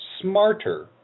smarter